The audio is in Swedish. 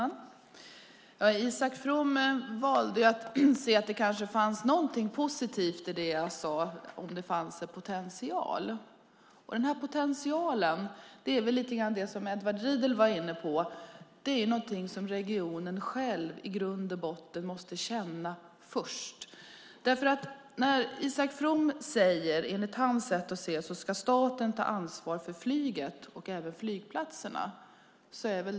Fru talman! Isak From valde att se att det kanske fanns något positivt i det jag sade om att det finns en potential. Det här med potentialen är väl lite det som Edward Riedl var inne på, nämligen att det är något som regionen själv i grund och botten måste känna först. Enligt Isak Froms sätt att se det ska staten ta ansvaret för flyget och flygplatserna.